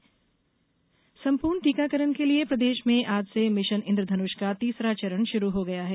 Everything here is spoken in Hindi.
मिशन इन्द्रधनुष संपूर्ण टीकाकरण के लिए प्रदेश में आज से मिशन इन्द्रधनुष का तीसरा चरण शुरू हो गया है